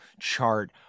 chart